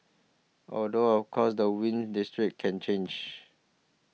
although of course the wind's district can change